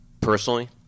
personally